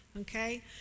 okay